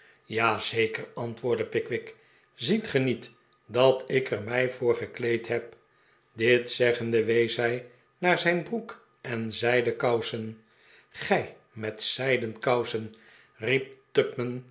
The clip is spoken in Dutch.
ja zeker antwoordde pickwick ziet ge niet dat ik er mij voor gekleed heb dit zeggende wees hij naar zijn broek en zij den kousen gij met zij den kousen